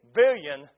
billion